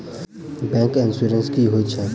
Bank insurance की होइत छैक?